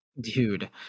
dude